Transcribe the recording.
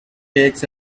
takes